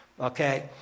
okay